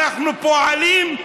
אנחנו פועלים,